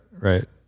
Right